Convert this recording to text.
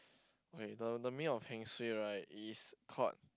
okay the the meaning of heng suay right is called